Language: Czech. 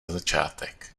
začátek